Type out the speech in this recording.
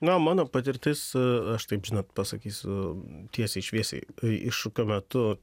na mano patirtis aš taip žinot pasakysiu tiesiai šviesiai i iššūkio metu